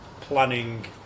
planning